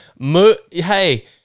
hey